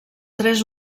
tres